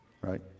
Right